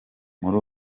muri